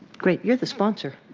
great, you are the sponsor